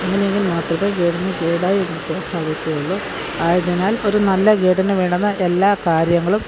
ഇങ്ങനെയെങ്കിൽ മാത്രമേ ഗെയ്ഡിന് ഗെയ്ഡ് ആയിയിരിക്കാന് സാധിക്കുകയുളളൂ ആയതിനാല് ഒരു നല്ല ഗെയ്ഡിന് വേണ്ടുന്ന എല്ലാ കാര്യങ്ങളും